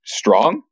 strong